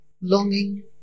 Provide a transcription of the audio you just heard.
longing